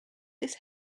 this